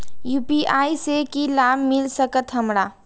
UPI से की लाभ मिल सकत हमरा?